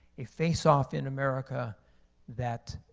a face-off in america that